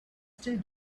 still